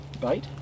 bait